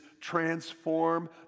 transform